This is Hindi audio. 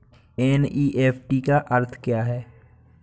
एन.ई.एफ.टी का अर्थ क्या है?